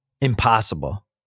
impossible